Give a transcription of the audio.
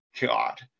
God